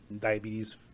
diabetes